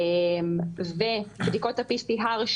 ובדיקות ה-PCR,